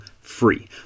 free